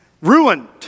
Ruined